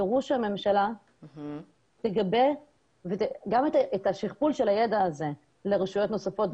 דרוש שהממשלה תגבה גם את השכפול של הידע הזה לרשויות נוספות,